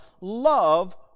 Love